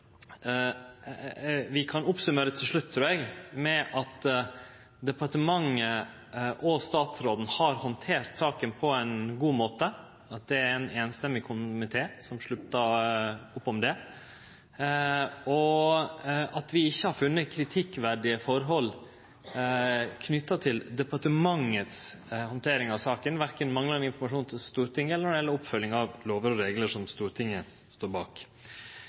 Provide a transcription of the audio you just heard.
vi kan summere opp til slutt, trur eg, med at departementet og statsråden har handtert saka på ein god måte, at det er ein einstemmig komité som sluttar opp om det, og at vi ikkje har funne kritikkverdige forhold knytte til departementets handtering av saka, verken manglande informasjon til Stortinget eller når det gjeld oppfølging av lover og reglar som Stortinget står bak.